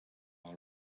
all